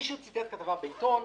מישהו ציטט כתבה בעיתון,